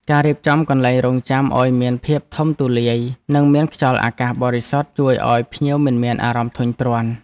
ការរៀបចំកន្លែងរង់ចាំឱ្យមានភាពធំទូលាយ និងមានខ្យល់អាកាសបរិសុទ្ធជួយឱ្យភ្ញៀវមិនមានអារម្មណ៍ធុញទ្រាន់។